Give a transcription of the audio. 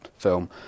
film